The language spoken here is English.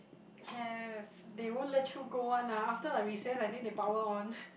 have they won't let you go one lah after like recess I think they power on